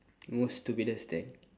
most stupidest thing